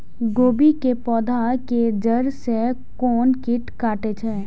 गोभी के पोधा के जड़ से कोन कीट कटे छे?